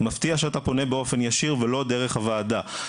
מפתיע שאתה פונה באופן ישיר ולא דרך הוועדה.